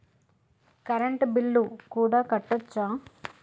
Current bill కూడా కట్టొచ్చా?